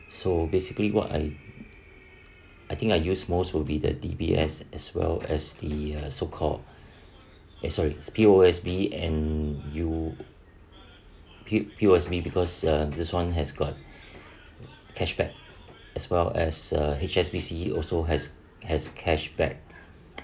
so basically what I I think I use most will be the D_B_S as well as the uh so called eh sorry P_O_S_B and U_P ~ P_O_S_B because um this one has got cashback as well as uh H_S_B_C also has has cashback